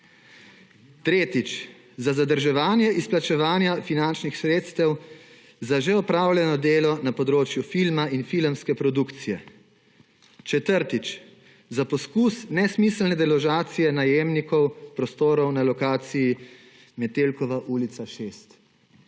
Tretjič, za zadrževanje izplačevanja finančnih sredstev za že opravljeno delo na področju filma in filmske produkcije. Četrtič, za poskus nesmiselne deložacije najemnikov prostorov na lokaciji Metelkova ulica 6;